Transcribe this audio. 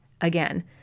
again